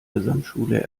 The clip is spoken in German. gesamtschule